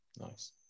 Nice